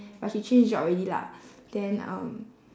but she change job already lah then um